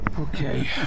Okay